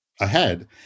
ahead